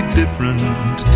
different